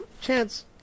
Chance